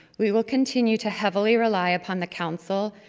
we will continue to heavily rely upon the council,